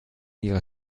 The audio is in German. ihrer